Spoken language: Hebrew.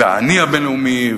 והעני הבין-לאומי,